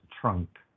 trunk